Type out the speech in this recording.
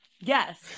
Yes